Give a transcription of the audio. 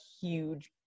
huge